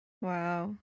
Wow